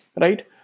right